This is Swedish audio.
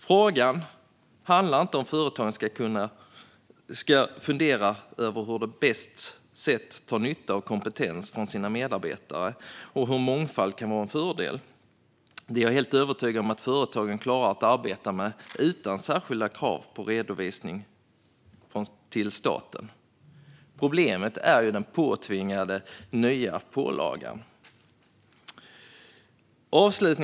Frågan handlar inte om huruvida företagen ska fundera över hur de på bästa sätt drar nytta av kompetensen hos medarbetarna och hur mångfald kan vara en fördel. Jag är helt övertygad om att företagen klarar att arbeta med detta utan särskilda krav på redovisning till staten. Problemet är den påtvingade nya pålagan. Fru talman!